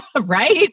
Right